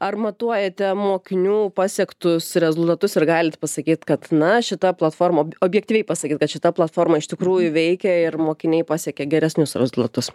ar matuojate mokinių pasiektus rezultatus ir galit pasakyt kad na šita platforma objektyviai pasakyt kad šita platforma iš tikrųjų veikia ir mokiniai pasiekia geresnius rezultatus